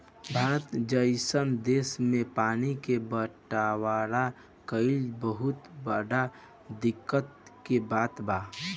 भारत जइसन देश मे पानी के बटवारा कइल बहुत बड़का दिक्कत के बात बा